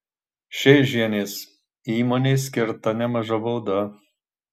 šėžienės įmonei skirta nemaža bauda